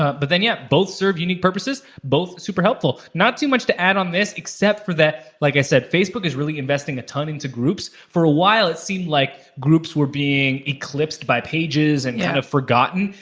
but then yeah, both serve unique purposes, both super helpful. not too much to add on this except for that, like i said, facebook is really investing a ton into groups. for a while, it seemed like groups were being eclipsed by pages and kind yeah of forgotten,